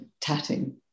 tatting